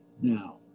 Now